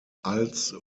als